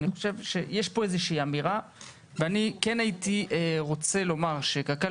אני חושב שיש פה איזושהי אמירה ואני כן הייתי רוצה לומר שקק"ל